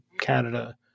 Canada